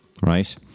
right